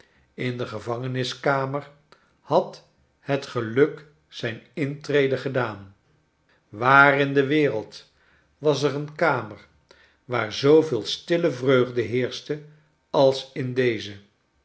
in de gevangeniskamer had het geluk zijn intrede gedaan waar in de wereld was er een kamer waar zooveel stille vreugde heerschte als in deze